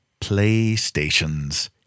playstations